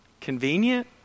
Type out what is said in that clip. convenient